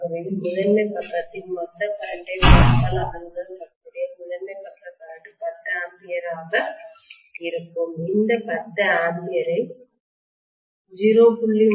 ஆகவே முதன்மை பக்கத்தின் மொத்த கரெண்ட் ஐப் பார்த்தால் அதனுடன் தொடர்புடைய முதன்மை பக்க கரெண்ட் 10 A ஆக இருக்கும் இந்த 10 A ஐ 0